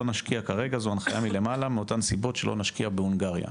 לא נשקיע כרגע זו הנחיה מלמעלה מאותן סיבות שלא נשקיע בהונגריה".